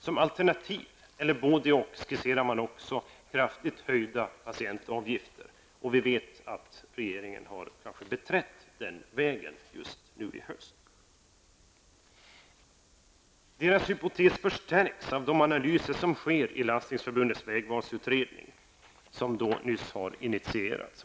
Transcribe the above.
Som alternativ, eller både -- och, skisserar man också kraftigt höjda patientavgifter. Vi vet att regeringen just i höst har slagit in på den vägen. Författarnas hypotes förstärks av de analyser som görs i Landstingsförbundets vägvalsutredning, som nyss har initierats.